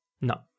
No